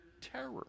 terror